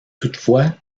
toutefois